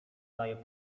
daje